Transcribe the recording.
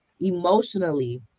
emotionally